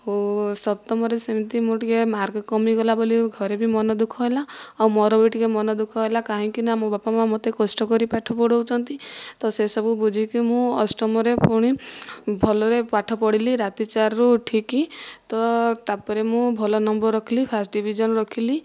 ଓ ସପ୍ତମରେ ସେମିତି ମୁଁ ଟିକିଏ ମାର୍କ କମିଗଲା ବୋଲି ଘରେ ବି ମନ ଦୁଃଖ ହେଲା ଓ ମୋର ବି ଟିକିଏ ମନ ଦୁଃଖ ହେଲା କାହିଁକି ନା ମୋ ବାପା ମା ମୋତେ କଷ୍ଟ କରି ପାଠପଢ଼ଉଛନ୍ତି ତ ସେସବୁ ବୁଝିକି ମୁଁ ଅଷ୍ଟମରେ ପୁଣି ଭଲରେ ପାଠ ପଢ଼ିଲି ରାତି ଚାରିରୁ ଉଠିକି ତ ତାପରେ ମୁଁ ଭଲ ନମ୍ବର ରଖିଲି ଫାଷ୍ଟ ଡିଭିଜନ୍ ରଖିଲି